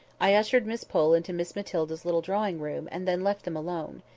i ushered miss pole into miss matilda's little drawing-room, and then left them alone.